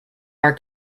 our